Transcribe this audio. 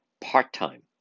part-time